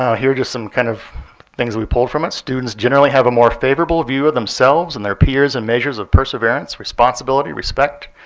here are just some kind of things we pulled from it. students generally have a more favorable view of themselves and their peers and measures of perseverance, responsibility, respect,